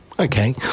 okay